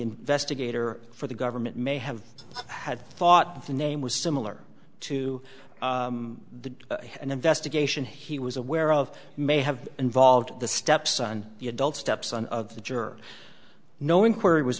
investigator for the government may have had thought the name was similar to the investigation he was aware of may have involved the stepson the adult stepson of the juror knowing where he was